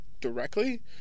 directly